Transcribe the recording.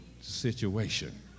situation